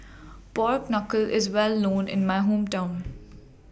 Pork Knuckle IS Well known in My Hometown